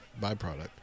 byproduct